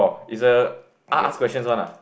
it's a a~ ask questions one ah